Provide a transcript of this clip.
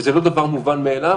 וזה לא דבר מובן מאליו,